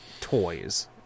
toys